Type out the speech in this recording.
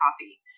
coffee